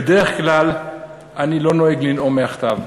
בדרך כלל אני לא נוהג לנאום מהכתב,